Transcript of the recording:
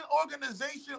organization